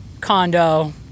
condo